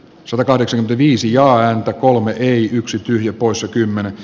satakahdeksan viisi joan colomer ei yksi tyhjä poissa kymmenen